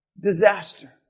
Disaster